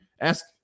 ask